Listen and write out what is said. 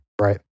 Right